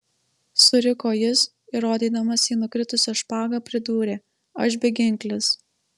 suriko jis ir rodydamas į nukritusią špagą pridūrė aš beginklis